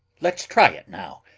let's try it now!